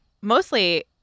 mostly